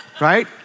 right